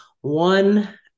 one